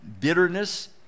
bitterness